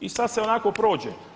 I sada se onako prođe.